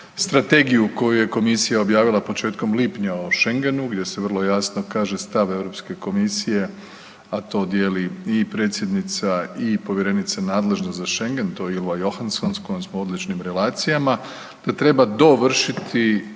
strategiju koju je komisija objavila početkom lipnja o Šengenu gdje se vrlo jasno kaže stav Europske komisije, a to dijeli i predsjednica i povjerenica nadležna za Šengen Ylva Johansson s kojom smo na odličnim relacijama da treba dovršiti